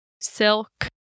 silk